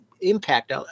impact